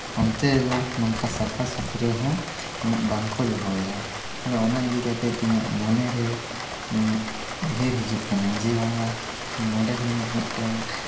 ᱚᱱᱛᱮ ᱫᱚ ᱱᱚᱝᱠᱟ ᱥᱟᱯᱷᱟ ᱥᱩᱛᱨᱚ ᱦᱚᱸ ᱩᱱᱟᱹᱜ ᱵᱟᱝᱠᱚ ᱫᱚᱦᱚᱭᱟ ᱟᱫᱚ ᱚᱱᱟ ᱤᱫᱤ ᱠᱟᱛᱮ ᱤᱧᱟᱹᱜ ᱢᱚᱱᱮᱨᱮ ᱩᱭᱦᱟᱹᱨ ᱦᱤᱡᱩᱜ ᱠᱟᱱᱟ ᱡᱮ ᱵᱟᱝᱟ ᱤᱧ ᱱᱚᱰᱮ ᱦᱩᱱᱟᱹᱝ ᱢᱤᱫᱴᱮᱱ